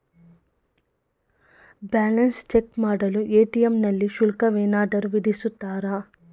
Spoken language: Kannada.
ಬ್ಯಾಲೆನ್ಸ್ ಚೆಕ್ ಮಾಡಲು ಎ.ಟಿ.ಎಂ ನಲ್ಲಿ ಶುಲ್ಕವೇನಾದರೂ ವಿಧಿಸುತ್ತಾರಾ?